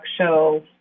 show